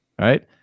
Right